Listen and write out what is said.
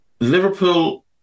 Liverpool